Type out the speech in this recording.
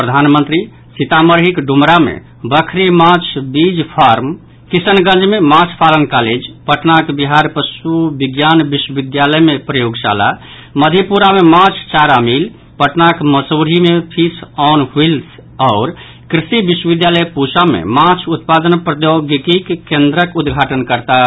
प्रधानमंत्री सीतामढ़ीक डुमरा मे बखरी माछ बीज फार्म किशनगंज मे माछ पालन कॉलेज पटनाक बिहार पशु विज्ञान विश्वविद्यालय मे प्रयोगशाला मधेपुरा मे माछ चारा मिल पटनाक मसौढ़ी मे फिश ऑन व्हील्स आओर कृषि विश्वविद्यालय पूसा मे माछ उत्पादन प्रौद्योगिकी केन्द्रक उद्घाटन करताह